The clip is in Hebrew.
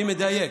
אני מדייק.